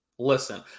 Listen